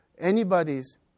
anybody's